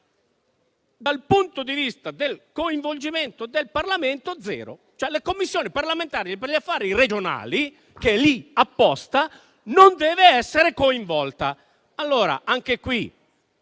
Dal punto di vista del coinvolgimento del Parlamento, però, zero: la Commissione parlamentare per le questioni regionali, che è lì apposta, non deve essere coinvolta.